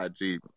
IG